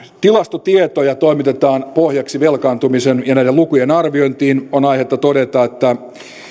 tilastotietoja toimitetaan pohjaksi velkaantumisen ja näiden lukujen arviointiin on aihetta todeta että